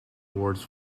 awards